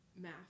math